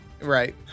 Right